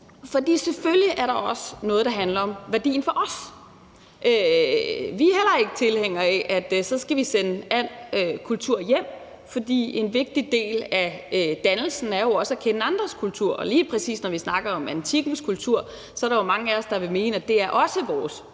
For selvfølgelig er der også noget, der handler om værdien for os. Vi er heller ikke tilhængere af, at vi skal sende alle kulturgenstande hjem. En vigtig del af dannelsen er også at kende andres kulturer, og lige præcis når vi snakker om antikkens kultur, er der jo mange af os, der vil mene, at det også er vores kultur.